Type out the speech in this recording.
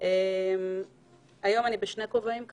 אני נמצאת היום כאן בשני כובעים: